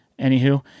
anywho